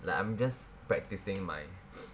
like I'm just practicing my